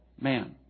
man